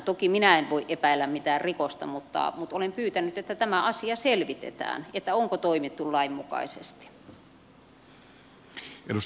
toki minä en voi epäillä mitään rikosta mutta olen pyytänyt että selvitetään onko toimittu lain mukaisesti